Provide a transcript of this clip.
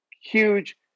huge